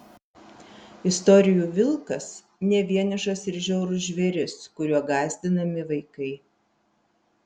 istorijų vilkas ne vienišas ir žiaurus žvėris kuriuo gąsdinami vaikai